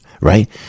right